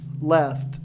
left